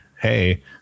hey